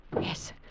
Yes